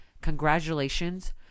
congratulations